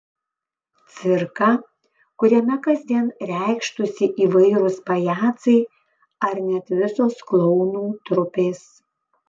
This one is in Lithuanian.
cirką kuriame kasdien reikštųsi įvairūs pajacai ar net visos klounų trupės